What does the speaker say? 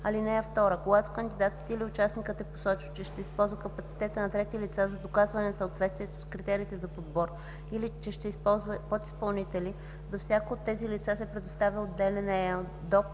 (2) Когато кандидатът или участникът е посочил, че ще използва капацитета на трети лица за доказване на съответствието с критериите за подбор или че ще използва подизпълнители, за всяко от тези лица се представя отделен ЕЕДОП,